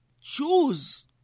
choose